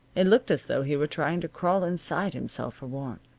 it looked as though he were trying to crawl inside himself for warmth.